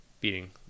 beating